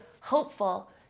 hopeful